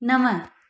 नव